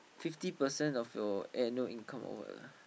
fifty percent of your annual income or what lah